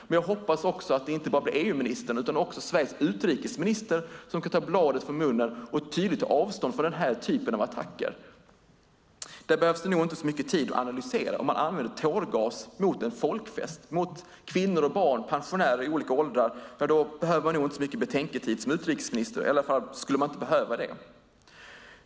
Men jag hoppas också att det inte bara blir EU-ministern utan också Sveriges utrikesminister som kan ta bladet från munnen och tydligt ta avstånd från den här typen av attacker. Det behövs nog inte särskilt mycket tid för att analysera när man använder tårgas mot en folkfest, mot kvinnor och barn, pensionärer i olika åldrar. Då behöver man nog inte så mycket betänketid som utrikesminister, i alla fall borde man inte behöva det.